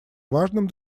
важным